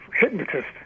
hypnotist